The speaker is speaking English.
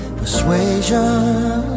persuasion